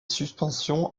suspensions